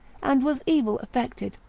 and was evil affected.